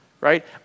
right